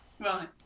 Right